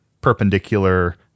perpendicular